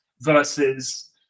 versus